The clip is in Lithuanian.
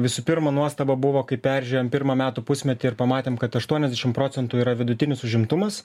visų pirma nuostaba buvo kai peržiūrėjom pirmą metų pusmetį ir pamatėm kad aštuoniasdešim procentų yra vidutinis užimtumas